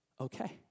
okay